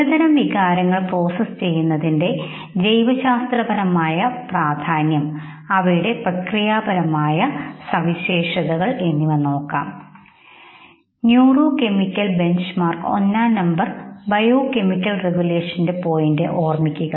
ചിലതരം വികാരങ്ങൾ പ്രോസസ്സ് ചെയ്യുന്നതിന്റെ ജൈവശാസ്ത്രപരമായ പ്രാധാന്യംഅവയുടെ പ്രക്രിയാപരമായ പ്രത്യേകതകൾ എന്നിവ നോക്കാം ന്യൂറോ കെമിക്കൽ ബെഞ്ച്മാർക്ക് ഒന്നാം നമ്പർ ബയോകെമിക്കൽ റെഗുലേഷൻ പോയിന്റ് ഓർമ്മിക്കുക